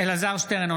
אלעזר שטרן,